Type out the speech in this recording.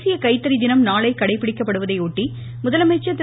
தேசிய கைத்தறி தினம் நாளை கடைப்பிடிக்கப்படுவதையொட்டி முதலமைச்சர் திரு